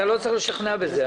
אתה לא צריך לשכנע בזה,